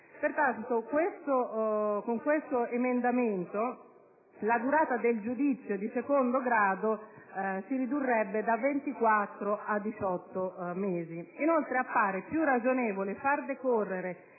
Pertanto con l'emendamento 2.1000/16 la durata del giudizio di secondo grado si ridurrebbe da 24 a 18 mesi. Inoltre appare più ragionevole far decorrere